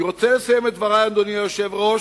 אני רוצה לסיים את דברי, אדוני היושב-ראש,